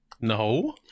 No